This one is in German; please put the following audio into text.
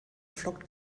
flockt